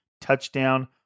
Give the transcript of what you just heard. touchdown